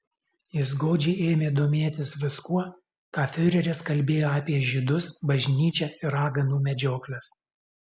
jis godžiai ėmė domėtis viskuo ką fiureris kalbėjo apie žydus bažnyčią ir raganų medžiokles